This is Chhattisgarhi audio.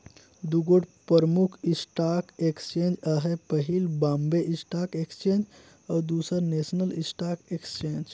दुगोट परमुख स्टॉक एक्सचेंज अहे पहिल बॉम्बे स्टाक एक्सचेंज अउ दूसर नेसनल स्टॉक एक्सचेंज